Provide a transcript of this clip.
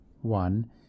one